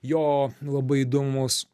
jo labai įdomus